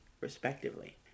respectively